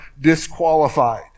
disqualified